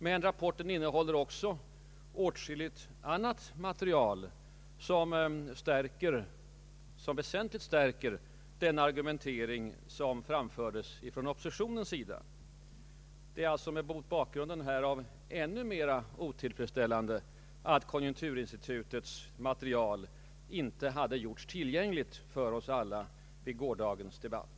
Men rapporten innehåller också åtskilligt annat material, som väsentligt stärker den argumentering som framfördes från oppositionens sida. Det är mot bakgrunden härav ännu mer otillfredsställande att konjunkturinstitutets material inte hade gjorts tillgängligt för oss alla vid gårdagens debatt.